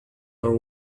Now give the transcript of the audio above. are